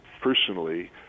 personally